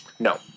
No